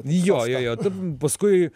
jo jo tu paskui